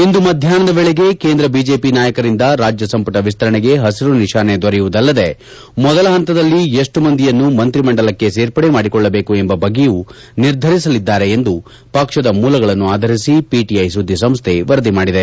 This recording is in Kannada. ಇಂದು ಮಧ್ಯಾಹ್ವದ ವೇಳೆಗೆ ಕೇಂದ್ರ ಬಿಜೆಪಿ ನಾಯಕರಿಂದ ರಾಜ್ಯ ಸಂಪುಟ ವಿಸ್ತರಣೆಗೆ ಹಸಿರು ನಿಶಾನೆ ದೊರೆಯುವುದಲ್ಲದೆ ಮೊದಲ ಹಂತದಲ್ಲಿ ಎಷ್ಟು ಮಂದಿಯನ್ನು ಮಂತ್ರಿಮಂಡಲಕ್ಕೆ ಸೇರ್ಪದೆ ಮಾದಿಕೊಳ್ಳಬೇಕು ಎಂಬ ಬಗ್ಗೆಯೂ ನಿರ್ಧರಿಸಲಿದ್ದಾರೆ ಎಂದು ಪಕ್ಷದ ಮೂಲಗಳನ್ನು ಆಧರಿಸಿ ಪಿಟಿಐ ಸುದ್ದಿ ಸಂಸ್ಥೆ ವರದಿ ಮಾಡಿದೆ